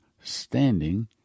standing